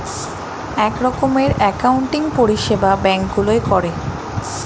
এক রকমের অ্যাকাউন্টিং পরিষেবা ব্যাঙ্ক গুলোয় করে